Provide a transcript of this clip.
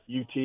UT